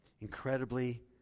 incredibly